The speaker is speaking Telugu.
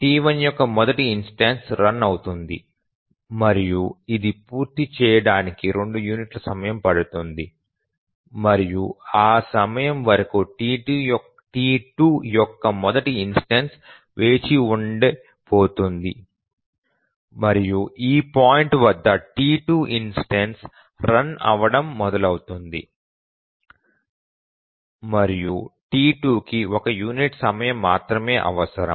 T1 యొక్క మొదటి ఇన్స్టెన్సు రన్ అవుతుంది మరియు ఇది పూర్తి చేయడానికి 2 యూనిట్ల సమయం పడుతుంది మరియు ఆ సమయం వరకు T2 యొక్క మొదటి ఇన్స్టెన్సు వేచి ఉండిపోతుంది మరియు ఈ పాయింట్ వద్ద T2 ఇన్స్టెన్సు రన్ అవడం మొదలవుతుంది మరియు T2కి 1 యూనిట్ సమయం మాత్రమే అవసరం